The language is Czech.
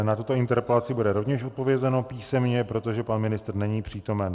Na tuto interpelaci bude rovněž odpovězeno písemně, protože pan ministr není přítomen.